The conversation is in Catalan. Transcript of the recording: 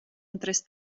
entrés